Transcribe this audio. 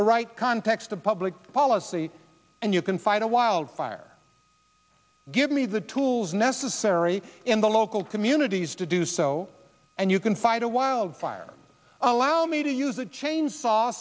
the right context of public policy and you can fight a wildfire give me the tools necessary in the local communities to do so and you can fight a wildfire allow me to use a chainsaw